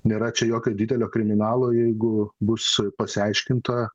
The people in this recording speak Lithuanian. nėra čia jokio didelio kriminalo jeigu bus pasiaiškinta